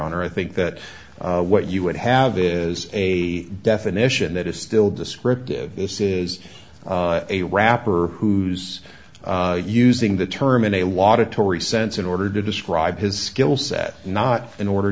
honor i think that what you would have is a definition that is still descriptive this is a rapper who's using the term in a water tory sense in order to describe his skill set not in order